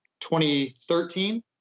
2013